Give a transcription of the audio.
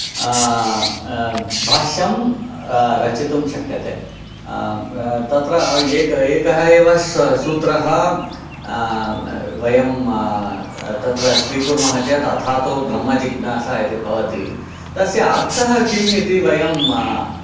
भाष्यम् रचितुं शक्यते तत्र एक एकः एव सूत्रः वयं तत्र स्वीकुर्मः चेत् अथातो ब्रह्मजिज्ञासा इति भवति तस्य अर्थः किं इति वयं